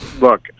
Look